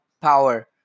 power